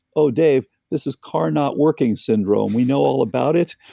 oh dave, this is car not working syndrome, we know all about it.